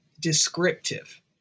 descriptive